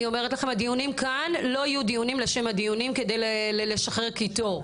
אני אומרת לכם הדיונים כאן לא יהיו דיונים לשם הדיונים כדי לשחרר קיטור.